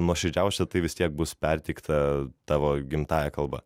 nuoširdžiausia tai vis tiek bus perteikta tavo gimtąja kalba